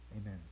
Amen